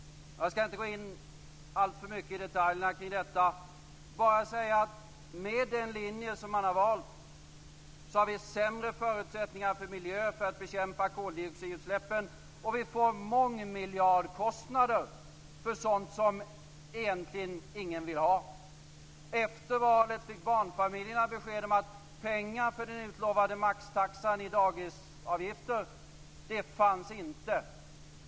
Jag skall inte gå in alltför mycket i detaljerna kring detta, utan bara säga att med den linje som man har valt har vi sämre förutsättningar för miljön och för att bekämpa koldioxidutsläppen, och vi får mångmiljardkostnader för sådant som egentligen ingen vill ha. Efter valet fick barnfamiljerna besked om att pengar till den utlovade maxtaxan i dagisavgifter inte fanns.